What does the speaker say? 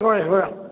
ꯍꯣꯏ ꯍꯣꯏ